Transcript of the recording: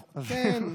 כן, טוב.